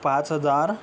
पाच हजार